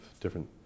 different